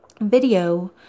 video